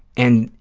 and,